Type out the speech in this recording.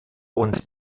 und